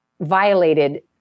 violated